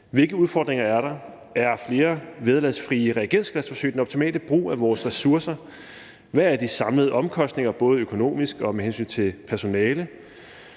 Hvilke udfordringer er der? Er flere vederlagsfri reagensglasforsøg den optimale brug af vores ressourcer? Hvad er de samlede omkostninger både økonomisk og med hensyn til personale?